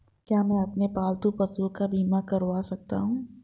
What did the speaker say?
क्या मैं अपने पालतू पशुओं का बीमा करवा सकता हूं?